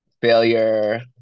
Failure